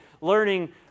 learning